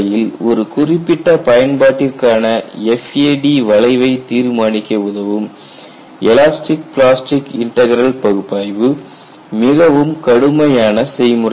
ஒரு குறிப்பிட்ட பயன்பாட்டிற்கான FAD வளைவைத் தீர்மானிக்க உதவும் எலாஸ்டிக் பிளாஸ்டிக் J இன்டக்ரல் பகுப்பாய்வு மிகவும் கடுமையான செய்முறை ஆகும்